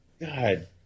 God